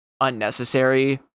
unnecessary